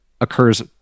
occurs